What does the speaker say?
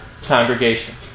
congregation